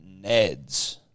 Neds